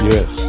Yes